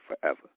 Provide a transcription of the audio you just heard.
forever